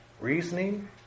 reasoning